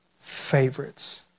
favorites